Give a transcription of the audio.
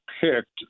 picked